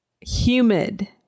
humid